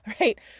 right